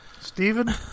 Stephen